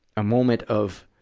a moment of